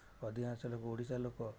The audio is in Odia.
ଅଧିକାଂଶ ଲୋକ ଓଡ଼ିଶାର ଲୋକ